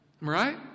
Right